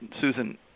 Susan